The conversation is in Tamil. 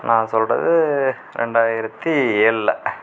நான் சொல்வது ரெண்டாயிரத்தி ஏழுல